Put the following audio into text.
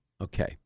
Okay